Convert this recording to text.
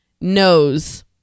knows